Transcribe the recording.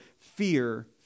fear